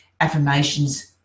affirmations